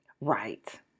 Right